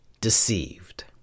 deceived